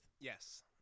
Yes